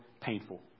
painful